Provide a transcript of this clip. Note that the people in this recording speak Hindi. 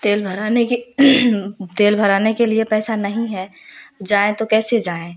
तेल भराने की तेल भराने के लिए पैसा नहीं है जाएँ तो कैसे जाऍं